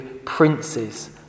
Princes